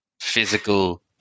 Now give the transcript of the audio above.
physical